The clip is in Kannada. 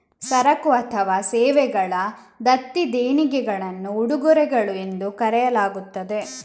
ಸರಕು ಅಥವಾ ಸೇವೆಗಳ ದತ್ತಿ ದೇಣಿಗೆಗಳನ್ನು ಉಡುಗೊರೆಗಳು ಎಂದು ಕರೆಯಲಾಗುತ್ತದೆ